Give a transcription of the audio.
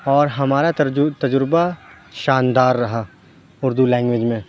اور ہمارا تجربہ شاندار رہا اُردو لینگویج میں